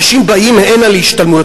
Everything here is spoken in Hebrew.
אנשים באים הנה להשתלמויות.